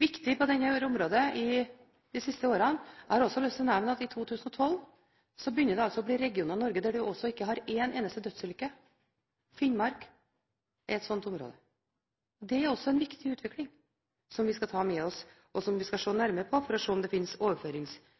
viktig på dette området de siste årene. Jeg har lyst til å nevne at vi i 2012 begynte å få regioner i Norge der man ikke har en eneste dødsulykke. Finnmark er et sånt område. Dette er en viktig utvikling, som vi skal ta med oss og se nærmere på for å se om det